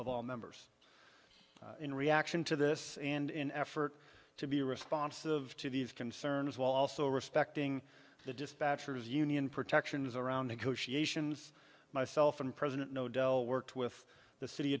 of all members in reaction to this and in an effort to be responsive to these concerns while also respecting the dispatcher's union protections around negotiations myself and president no del worked with the city